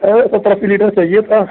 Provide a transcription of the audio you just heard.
अरे सत्तर अस्सी लीटर चाहिए था